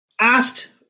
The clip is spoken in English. asked